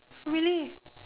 really